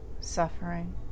suffering